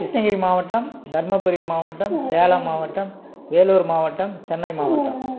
கிருஷ்ணகிரி மாவட்டம் தருமபுரி மாவட்டம் சேலம் மாவட்டம் வேலூர் மாவட்டம் சென்னை மாவட்டம்